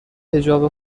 حجاب